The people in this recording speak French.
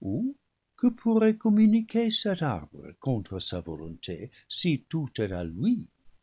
ou que pourrait communiquer cet arbre contre sa volonté si tout est à lui